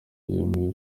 yemeye